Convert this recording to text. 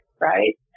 right